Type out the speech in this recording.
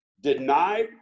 denied